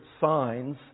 signs